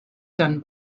done